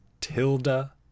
Tilda